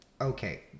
okay